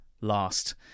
last